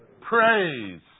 Praise